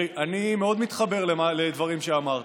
אני מאוד מתחבר לדברים שאמרת.